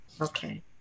Okay